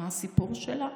מה הסיפור שלה.